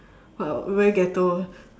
but very ghetto